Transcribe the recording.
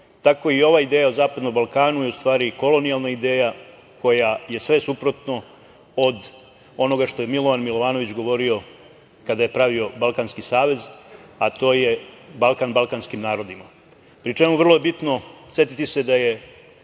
tako i ovaj deo o zapadnom Balkanu je u stvari kolonijalna ideja koja je sve suprotno od onoga što je Milovan Milovanović govorio kada je pravio Balkanski savez, a to je Balkan balkanskim narodima, pri čemu je vrlo bitno setiti se da su